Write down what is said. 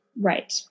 right